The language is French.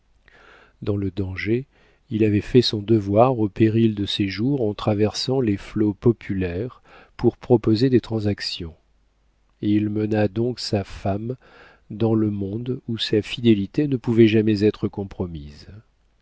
dans le danger il avait fait son devoir au péril de ses jours en traversant les flots populaires pour proposer des transactions il mena donc sa femme dans le monde où sa fidélité ne pouvait jamais être compromise